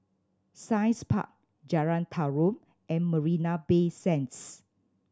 Science Park Jalan Tarum and Marina Bay Sands